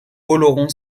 oloron